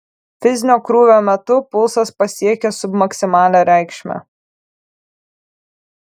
fizinio krūvio metu pulsas pasiekė submaksimalią reikšmę